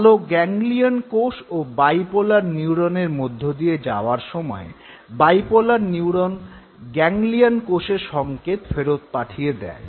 আলো গ্যাংলিয়ন কোষ ও বাইপোলার নিউরোনের মধ্য দিয়ে যাওয়ার সময়ে বাইপোলার নিইরোন গ্যাংলিয়ন কোষে সঙ্কেত ফেরত পাঠিয়ে দেয়